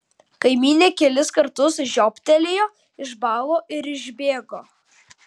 kaimynė kelis kartus žiobtelėjo išbalo ir išbėgo